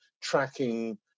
tracking